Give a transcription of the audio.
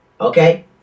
Okay